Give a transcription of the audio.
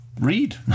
Read